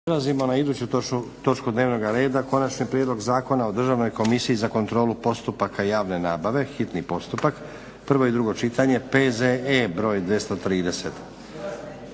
raspravama točaka dnevnog reda. Prvo je Konačni prijedlog Zakona o Državnoj komisiji za kontrolu postupaka javne nabave, hitni postupak, prvo i drugo čitanje, PZ E br. 230.